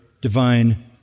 divine